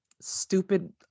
stupid